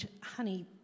honey